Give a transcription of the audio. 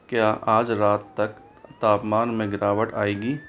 क्या आज रात तक तापमान में गिरावट आएगी